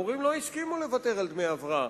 המורים לא הסכימו לוותר על דמי הבראה.